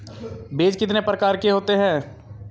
बीज कितने प्रकार के होते हैं?